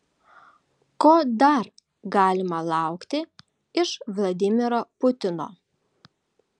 ko dar galima laukti iš vladimiro putino